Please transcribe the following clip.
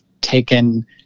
taken